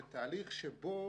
זה תהליך שבו